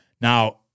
Now